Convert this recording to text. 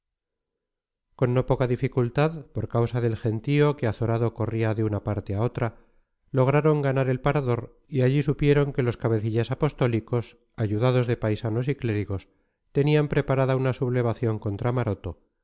con no poca dificultad por causa del gentío que azorado corría de una parte a otra lograron ganar el parador y allí supieron que los cabecillas apostólicos ayudados de paisanos y clérigos tenían preparada una sublevación contra maroto